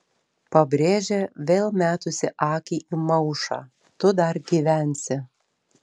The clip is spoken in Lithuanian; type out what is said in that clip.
pabrėžė vėl metusi akį į maušą tu dar gyvensi